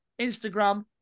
Instagram